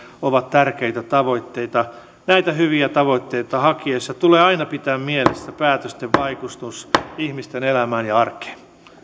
ovat tärkeitä tavoitteita näitä hyviä tavoitteita hakiessa tulee aina pitää mielessä päätösten vaikutukset ihmisten elämään ja arkeen